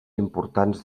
importants